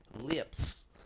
lips